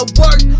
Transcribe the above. work